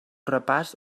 repàs